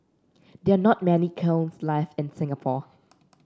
there not many kilns left in Singapore